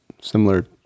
similar